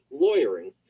lawyering